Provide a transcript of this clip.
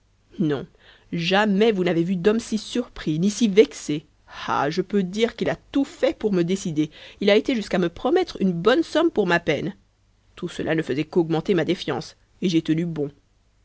non jamais vous n'avez vu d'homme si surpris ni si vexé ah je peux dire qu'il a tout fait pour me décider il a été jusqu'à me promettre une bonne somme pour ma peine tout cela ne faisait qu'augmenter ma défiance et j'ai tenu bon